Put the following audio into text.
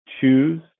choose